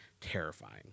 terrifying